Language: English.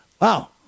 Wow